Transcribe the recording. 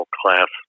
class